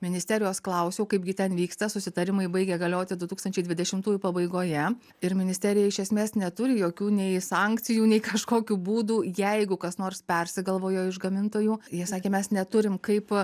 ministerijos klausiau kaipgi ten vyksta susitarimai baigė galioti du tūkstančiai dvidešimtųjų pabaigoje ir ministerija iš esmės neturi jokių nei sankcijų nei kažkokių būdų jeigu kas nors persigalvojo iš gamintojų jie sakė mes neturim kaip